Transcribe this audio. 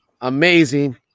Amazing